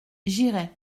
j’irai